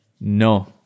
No